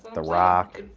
the rock.